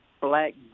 black